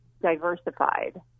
diversified